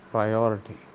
Priority